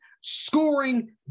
scoring